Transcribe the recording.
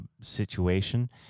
situation